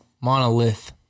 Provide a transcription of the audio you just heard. Monolith